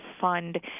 fund